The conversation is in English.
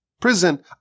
prison